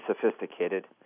sophisticated